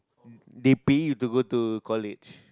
they pay you to go to college